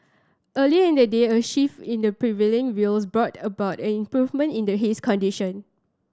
earlier in the day a shift in the prevailing views brought about an improvement in the haze condition